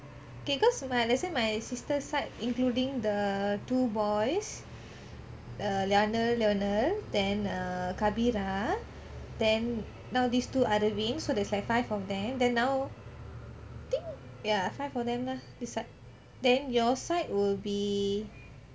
okay because my let's say my sister side including the two boys the leanel lionel then err kabira then now these two aravind so there's like five of them then now think ya five of them lah this side then your side will be